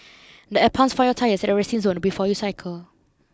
there are pumps for your tyres at the resting zone before you cycle